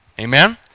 amen